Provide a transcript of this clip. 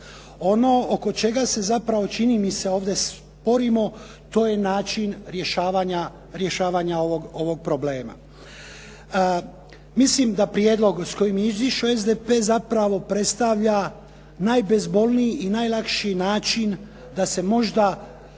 Ono oko čega se zapravo čini mi se ovdje sporimo to je način rješavanja ovog problema. Mislim da prijedlog s kojim je izišao SDP zapravo predstavlja najbezbolniji i najlakši način da se možda